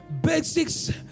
basics